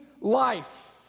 life